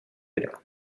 era